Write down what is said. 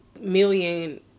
million